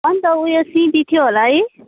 अन्त उयो सिमी थियो होला है